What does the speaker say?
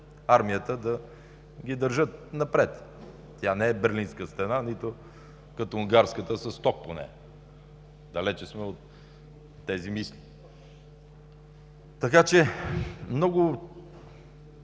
армията да ги държат напред. Това не е Берлинска стена, нито като унгарската с ток по нея. Далеч сме от тези мисли. Така че много